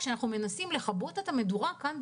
כשאנחנו מנסים לכבות את המדורה כאן,